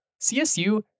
CSU